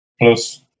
Plus